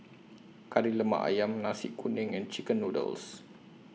Kari Lemak Ayam Nasi Kuning and Chicken Noodles